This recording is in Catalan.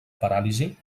paràlisi